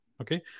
okay